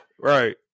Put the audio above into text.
Right